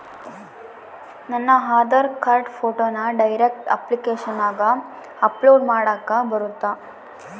ನನ್ನ ಆಧಾರ್ ಕಾರ್ಡ್ ಫೋಟೋನ ಡೈರೆಕ್ಟ್ ಅಪ್ಲಿಕೇಶನಗ ಅಪ್ಲೋಡ್ ಮಾಡಾಕ ಬರುತ್ತಾ?